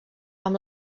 amb